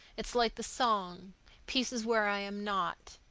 it's like the song peace is where i am not.